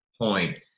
point